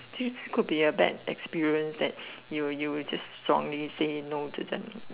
this group they have bad experience that you will you will just strongly say no to them